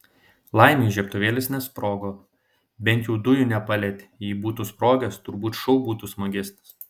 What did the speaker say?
laimei žiebtuvėlis nesprogo bent jau dujų nepalietė jei būtų sprogęs turbūt šou būtų smagesnis